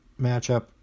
matchup